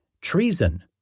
Treason